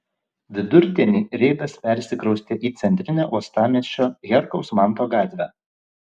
vidurdienį reidas persikraustė į centrinę uostamiesčio herkaus manto gatvę